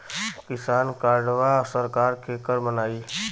किसान कार्डवा सरकार केकर बनाई?